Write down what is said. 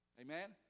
Amen